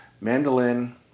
mandolin